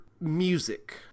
music